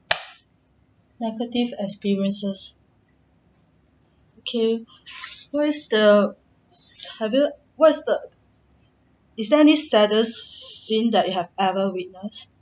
negative experiences okay whose the have you what is the is there any saddest scene that you have ever witness